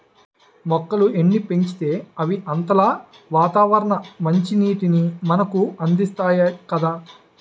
మొక్కలు ఎన్ని పెంచితే అవి అంతలా వాతావరణ మంచినీటిని మనకు అందిస్తాయి కదా